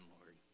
Lord